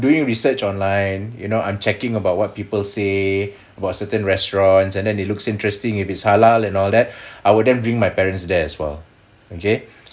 doing research on line you know I'm checking about what people say about certain restaurants and then it looks interesting if it's halal and all that I wouldn't bring my parents there as well okay